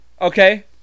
okay